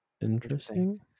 Interesting